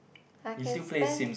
I can spend